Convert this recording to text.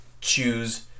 choose